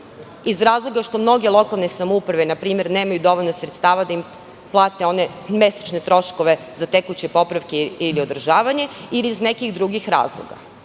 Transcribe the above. Iz razloga što mnoge lokalne samouprave, npr, nemaju dovoljno sredstava da plate one mesečne troškove za tekuće popravke ili održavanje ili iz nekih drugih razloga.